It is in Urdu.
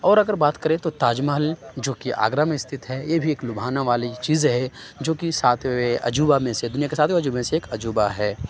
اور اگر بات کریں تو تاج محل جو کہ آگرہ میں استتھ ہے یہ بھی ایک لُبھانے والی چیز ہے جو کہ ساتویں عجوبہ میں سے دُنیا کے ساتویں عجوبے میں سے ایک عجوبہ ہے